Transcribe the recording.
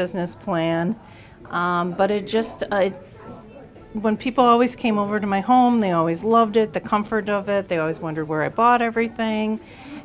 business plan but it just when people always came over to my home they always loved it the comfort of it they always wonder where i bought everything